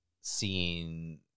seeing